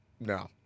No